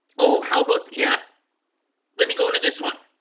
oh, how about yeah let me go into this one